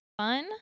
fun